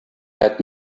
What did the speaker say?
had